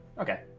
okay